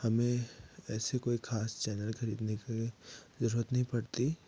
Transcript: हमें ऐसे कोई ख़ास चैनल ख़रीदने की ज़रूरत नहीं पड़ती